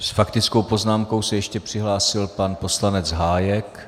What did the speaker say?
S faktickou poznámkou se ještě přihlásil pan poslanec Hájek.